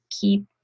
keep